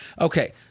Okay